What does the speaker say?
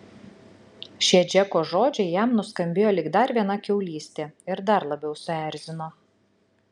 šie džeko žodžiai jam nuskambėjo lyg dar viena kiaulystė ir dar labiau suerzino